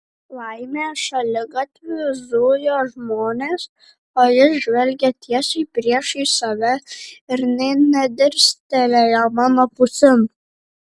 laimė šaligatviu zujo žmonės o jis žvelgė tiesiai priešais save ir nė nedirstelėjo mano pusėn